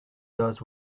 does